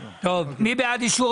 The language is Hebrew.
מי בעד אישור